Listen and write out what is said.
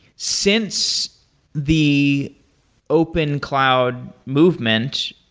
since the open cloud movement,